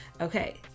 okay